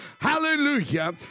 Hallelujah